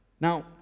Now